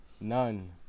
none